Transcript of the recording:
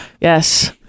Yes